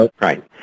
Right